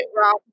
rock